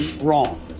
wrong